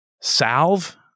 salve